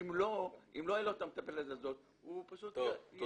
אם לא הייתה לו את המטפלת הזאת הוא פשוט --- תודה.